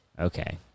Okay